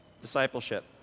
Discipleship